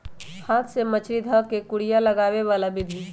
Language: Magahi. हाथ से मछरी ध कऽ कुरिया लगाबे बला विधि